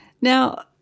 Now